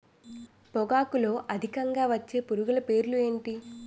పొగాకులో అధికంగా వచ్చే పురుగుల పేర్లు ఏంటి